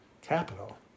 capital